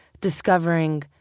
discovering